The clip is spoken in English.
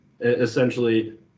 essentially